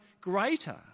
greater